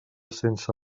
sense